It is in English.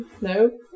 no